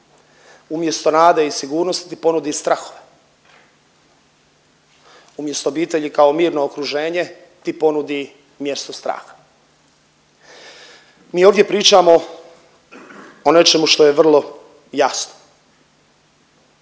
Umjesto nade i sigurnosti ponudi strahove, umjesto obitelji kao mirno okruženje ti ponudi mjesto straha. Mi ovdje pričamo o nečemu što je vrlo jasno.